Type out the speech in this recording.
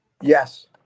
yes